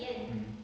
mm